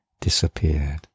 disappeared